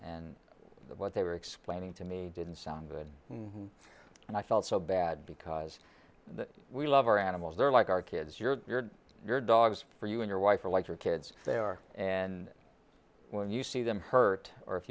and what they were explaining to me didn't sound good and i felt so bad because we love our animals they're like our kids your your your dogs for you and your wife are like your kids they are and when you see them hurt or if